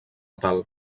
tal